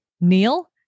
Neil